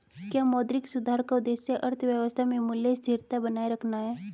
क्या मौद्रिक सुधार का उद्देश्य अर्थव्यवस्था में मूल्य स्थिरता बनाए रखना है?